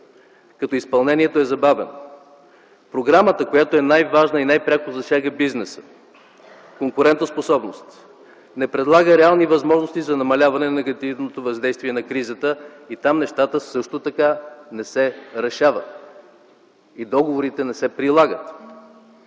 като изпълнението е забавено. Програмата, която е най-важна и най-пряко засяга бизнеса, конкурентоспособността, не предлага реални възможности за намаляване на негативното въздействие на кризата и там нещата също така не се решават и договорите не се прилагат.